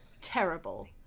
terrible